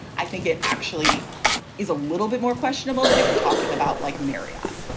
i think it actually is a little bit more questionable than if you're talking about like marryat.